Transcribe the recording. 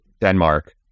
Denmark